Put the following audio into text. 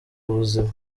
ubuzima